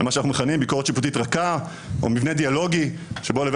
למה שאנחנו מכנים ביקורת שיפוטית רכה או מבני דיאלוגי שבו לבית